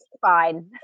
fine